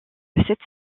cette